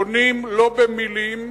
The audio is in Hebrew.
בונים לא במלים,